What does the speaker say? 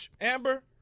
Amber